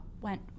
went